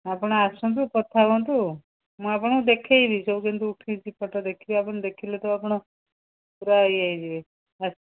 ଆପଣ ଆସନ୍ତୁ କଥା ହୁଅନ୍ତୁ ମୁଁ ଆପଣଙ୍କୁ ଦେଖେଇବି ସବୁ କେମିତି ଉଠେଇଚି ଫୋଟ ଦେଖିବେ ଆପଣ ଦେଖିଲେ ତ ଆପଣ ପୁରା ଇଏ ହେଇଯିବେ ଆସ